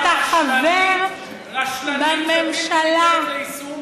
אתה חבר בממשלה, ובלתי ניתנת ליישום.